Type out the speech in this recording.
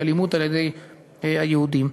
באלימות על-ידי היהודים.